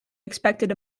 expected